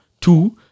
Two